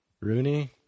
Rooney